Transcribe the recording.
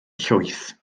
llwyth